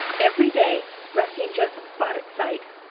every day rusty and joseph fought at sight.